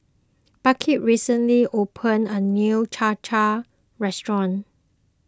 Burke recently opened a new Cham Cham restaurant